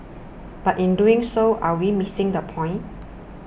but in doing so are we missing the point